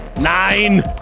Nine